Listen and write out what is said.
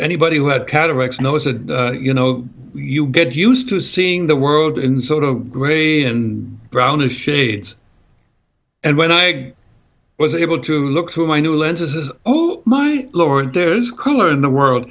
anybody who had cataracts knows that you know you get used to seeing the world in sort of grade and brown and shades and when i was able to look through my new lenses oh my lord there is cooler in the world